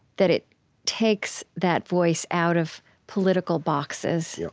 that it takes that voice out of political boxes.